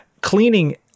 cleaning